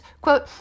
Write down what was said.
quote